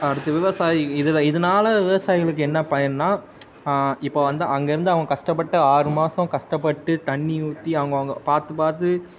அடுத்து விவசாயி இதில் இதனால விவசாயிங்களுக்கு என்ன பயன்னால் இப்போ வந்து அங்கேருந்து அவங்க கஷ்டப்பட்டு ஆறு மாதம் கஷ்டப்பட்டு தண்ணி ஊற்றி அவங்கவுங்க பார்த்து பார்த்து